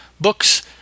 books